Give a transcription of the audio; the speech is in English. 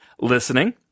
listening